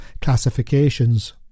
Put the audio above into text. classifications